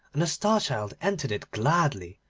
and the star child entered it gladly.